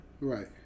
right